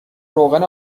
روغن